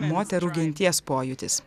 moterų genties pojūtis